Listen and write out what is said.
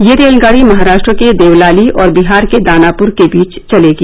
यह रेलगाडी महाराष्ट्र के देवलाली और बिहार के दानापर के बीच चलेगी